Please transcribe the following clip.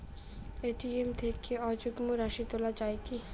ATM থেকে অযুগ্ম রাশি তোলা য়ায় কি?